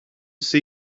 see